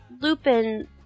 Lupin